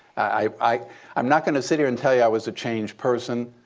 i am not going to sit here and tell you i was a changed person,